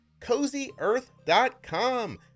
CozyEarth.com